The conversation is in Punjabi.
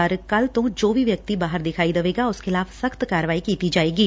ਪਰ ਕੱਲ ਤੋਂ ਜੋ ਵੀ ਵਿਅਕਤੀ ਬਾਹਰ ਵਿਖਾਈ ਦੇਵੇਗਾ ਉਸ ਖਿਲਾਫ਼ ਸਖ਼ਤ ਕਾਰਵਾਈ ਕੀਤੀ ਜਾਏਗੀ